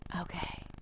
Okay